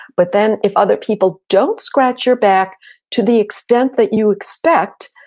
but then, if other people don't scratch your back to the extent that you expect,